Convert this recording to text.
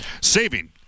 Saving